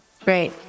Great